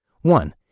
One